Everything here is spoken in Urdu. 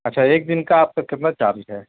اچھا ایک دن کا آپ کا کتنا چارج ہے